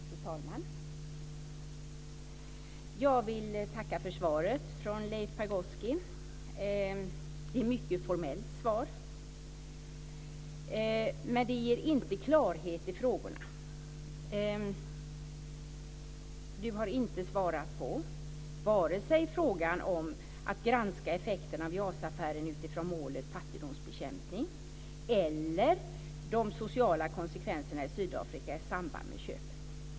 Fru talman! Jag vill tacka för svaret från Leif Pagrotsky. Det är ett mycket formellt svar, men det ger inte klarhet i frågorna. Han har inte svarat på vare sig frågan om att granska effekten av JAS-affären utifrån målet fattigdomsbekämpning eller frågan om de sociala konsekvenserna i Sydafrika i samband med köpet.